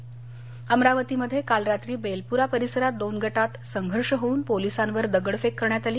अमरावती अमरावतीमध्ये काल रात्री बेलपुरा परिसरात दोन गटात संघर्ष होऊन पोलिसांवर दगडफेक करण्यात आली